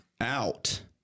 out